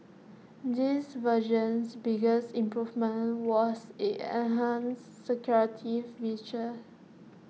this version's biggest improvement was its enhanced security feature